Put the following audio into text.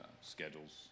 schedules